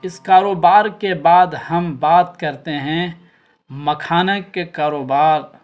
اس کاروبار کے بعد ہم بات کرتے ہیں مکھانے کے کاروبار